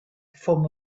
perform